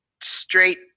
straight